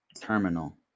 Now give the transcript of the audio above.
terminal